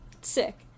Sick